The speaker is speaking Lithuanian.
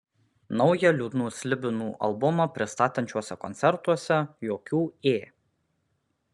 naują liūdnų slibinų albumą pristatančiuose koncertuose jokių ė